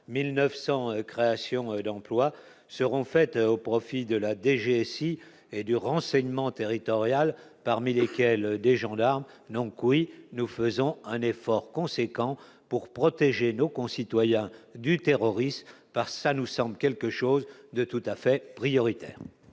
900 créations d'emplois seront faites au profit de la DGSI et du renseignement territorial. Parmi lesquels des gendarmes, donc oui, nous faisons un effort conséquent pour protéger nos concitoyens du terrorisme par ça nous semble quelque chose de tout à fait prioritaire